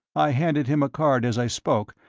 i handed him a card as i spoke,